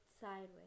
sideways